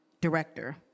director